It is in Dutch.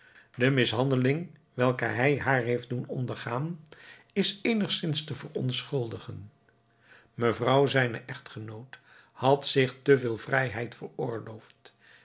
de mishandeling welke hij haar heeft doen ondergaan is eenigzins te verontschuldigen mevrouw zijne echtgenoot had zich te veel vrijheid veroorloofd